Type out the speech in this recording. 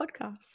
podcast